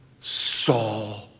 saw